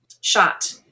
shot